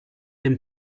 dem